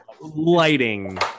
lighting